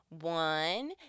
One